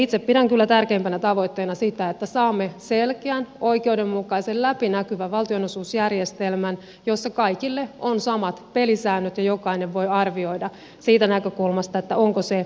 itse pidän kyllä tärkeimpänä tavoitteena sitä että saamme selkeän oikeudenmukaisen läpinäkyvän valtionosuusjärjestelmän jossa kaikille on samat pelisäännöt ja jokainen voi arvioida siitä näkökulmasta onko se reilu